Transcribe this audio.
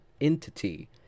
entity